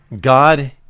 God